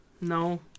no